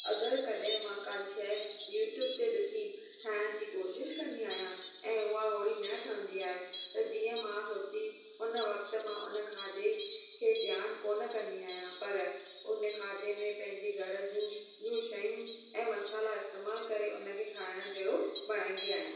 अगरि कॾहिं मां काई शइ युट्यूब ते ॾिसी ठाहिण जी कोशिशि कंदी आहियां ऐं उहा ओड़ी न ठहंदी आहे त जीअं मां सोची हुन वक़्तु मां उन खाधे खे ॼान कोन कंदी आहियां पर उन खाधे में पंहिंजी घरु जूं श ॿियूं शयूं ऐं मसाला इस्तेमालु करे उनखे खाइणु जहिड़ो बणाईंदी आहियां